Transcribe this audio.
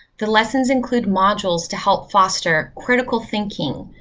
the lessons include modules to help foster critical thinking,